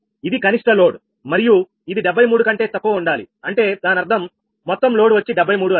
ఇది కనిష్ట లోడ్ మరియు ఇది 73 కంటే తక్కువ ఉండాలి అంటే దాని అర్థం మొత్తం లోడ్ వచ్చి 73 అని